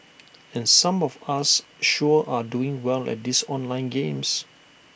and some of us sure are doing well at these online games